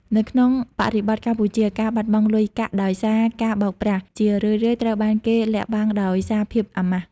នៅក្នុងបរិបទកម្ពុជា ការបាត់បង់លុយកាក់ដោយសារការបោកប្រាស់ ជារឿយៗត្រូវបានគេលាក់បាំងដោយសារភាពអាម៉ាស់។